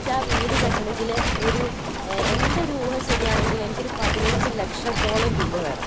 പക്ഷെ ആ വീട് കെട്ടണമെങ്കിൽ ഒരു എൻ്റെ ഒരു ഊഹം ശരിയാണെങ്കിൽ എനിക്കൊരു പതിനഞ്ച് ലക്ഷത്തോളം രൂപ വേണം